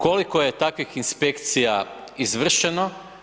Koliko je takvih inspekcija izvršeno?